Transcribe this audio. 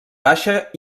baixa